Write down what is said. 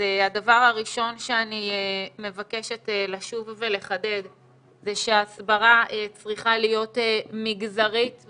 הדבר הראשון שאני מבקשת לשוב ולחדד זה שההסברה צריכה להיות מגזרית,